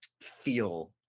feel